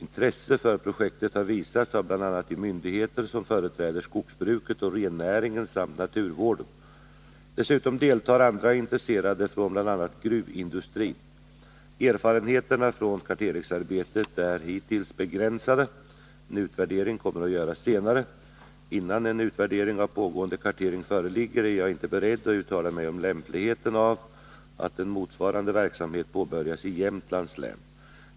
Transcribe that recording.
Intresse för projektet har visats av bl.a. de myndigheter som företräder skogsbruket och rennäringen samt naturvården. Dessutom deltar andra intresserade från bl.a. gruvindustrin. Erfarenheterna från karteringsarbetet är hittills begränsade. En utvärdering kommer att göras senare. Innan en utvärdering av pågående kartering föreligger är jag inte beredd att uttala mig om lämpligheten av att en motsvarande verksamhet påbörjas i Jämtlands län.